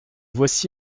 voici